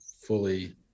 fully